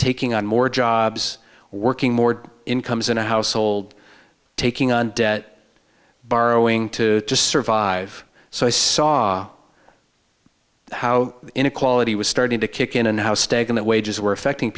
taking on more jobs working more incomes in a household taking on debt borrowing to just survive so i saw how inequality was starting to kick in and how stagnant wages were affecting